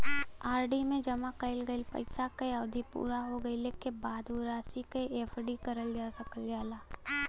RD में जमा कइल गइल पइसा क अवधि पूरा हो गइले क बाद वो राशि क एफ.डी करल जा सकल जाला